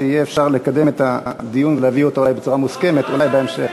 כדי שיהיה אפשר לקדם את הדיון ולהביא אותה אולי בצורה מוסכמת בהמשך?